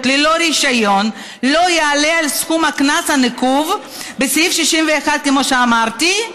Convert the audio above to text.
ללא רישיון לא יעלה על סכום הקנס הנקוב בסעיף 61(א)(1)" כמו שאמרתי,